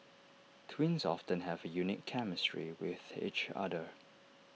twins often have A unique chemistry with each other